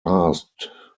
asked